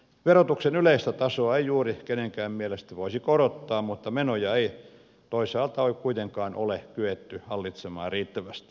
verotuksen yleistä tasoa ei juuri kenenkään mielestä voisi korottaa mutta toisaalta menoja ei kuitenkaan ole kyetty hallitsemaan riittävästi